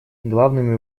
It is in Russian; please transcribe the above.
главными